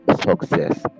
success